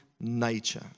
nature